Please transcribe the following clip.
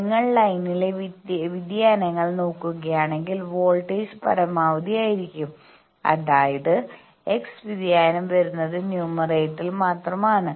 നിങ്ങൾ ലൈനിലെ വ്യതിയാനങ്ങൾ നോക്കുകയാണെങ്കിൽ വോൾട്ടേജ് പരമാവധി ആയിരിക്കും അതായത് x വ്യതിയാനം വരുന്നത് ന്യൂമറേറ്ററിൽ മാത്രം ആണ്